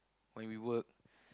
when we work